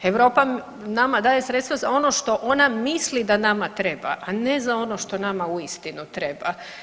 Europa nama daje sredstva za ono što ona misli da nama treba, a ne za ono što nama uistinu treba.